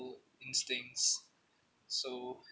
instincts so